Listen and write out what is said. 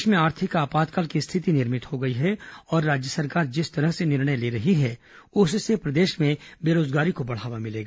प्रदेश में आर्थिक आपातकाल की रिथिति निर्मित हो गई है और राज्य सरकार जिस तरह से निर्णय ले रही है उससे प्रदेश में बेरोजगारी को बढावा मिलेगा